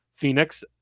phoenix